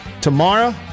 tomorrow